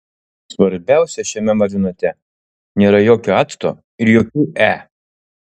svarbiausia šiame marinate nėra jokio acto ir jokių e